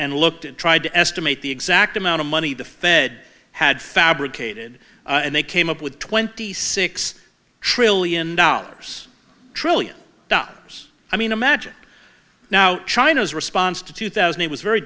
and looked and tried to estimate the eggs act amount of money the fed had fabricated and they came up with twenty six trillion dollars trillion dollars i mean imagine now china's response to two thousand it was very